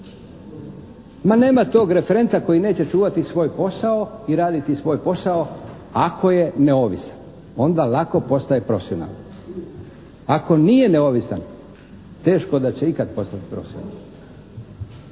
Ma nema tog referenta koji neće čuvati svoj posao i raditi svoj posao ako je neovisan, onda lako postaje profesionalan. Ako nije neovisan, teško da će ikad postati profesionalan.